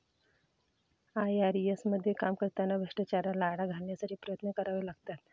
IRS मध्ये काम करताना भ्रष्टाचाराला आळा घालण्यासाठी प्रयत्न करावे लागतात